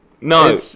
No